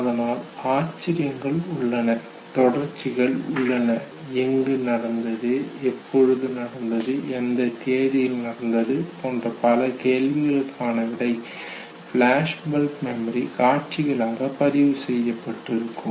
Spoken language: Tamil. அதனால் ஆச்சரியங்கள் உள்ளன தொடர்ச்சிகள் உள்ளன எங்கு நடந்தது எப்பொழுது நடந்தது எந்த தேதியில் நடந்தது போன்ற பல கேள்விகளுக்கான விடை ஃபிளாஷ்பல்ப் மெமரி காட்சிகளாக பதிவு செய்யப்பட்டிருக்கும்